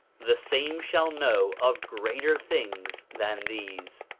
the same shall know of greater things than these.